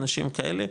אנשים כאלה,